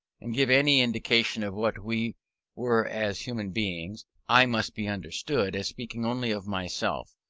and give any indication of what we were as human beings, i must be understood as speaking only of myself,